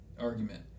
argument